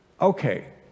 Okay